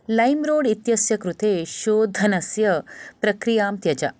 lime road इत्यस्य कृते शोधनस्य प्रक्रियां त्यज